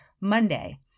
Monday